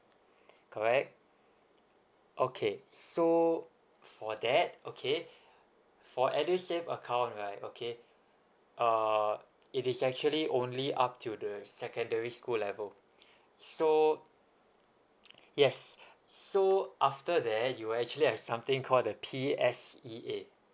correct okay so for that okay for edusave account right okay uh it is actually only up to the secondary school level so yes so after that you'll actually have something called the P_S_E_A